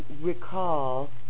recall